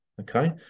Okay